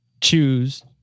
choose